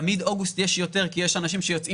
תמיד באוגוסט יש יותר כי יש אנשים שיוצאים